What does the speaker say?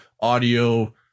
audio